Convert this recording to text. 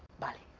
but